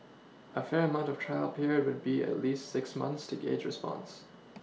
a fair amount of trial period would be at least six months to gauge response